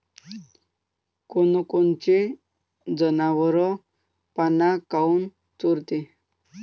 कोनकोनचे जनावरं पाना काऊन चोरते?